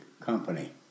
company